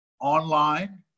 online